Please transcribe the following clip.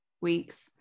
weeks